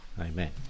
Amen